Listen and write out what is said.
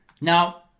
Now